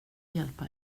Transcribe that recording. hjälpa